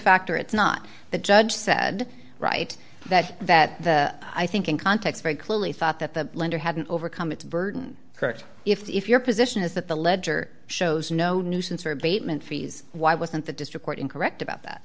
factor it's not the judge said right that that the i think in context very clearly thought that the lender hadn't overcome its burden correct if your position is that the ledger shows no nuisance or abatement fees why wasn't the district court incorrect about that